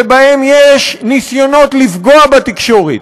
ויש ניסיונות לפגוע בתקשורת,